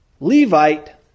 Levite